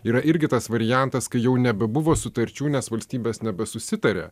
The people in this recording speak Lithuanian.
yra irgi tas variantas kai jau nebebuvo sutarčių nes valstybės nebesusitarė